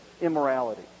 immorality